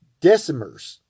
decimers